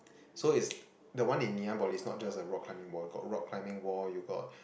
so it's the one in Ngee-Ann-Poly is not just a rock climbing wall got rock climbing wall you got